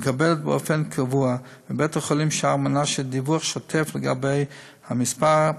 מקבלת באופן קבוע מבית-החולים שער מנשה דיווח שוטף לגבי המספר,